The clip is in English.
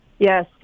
Yes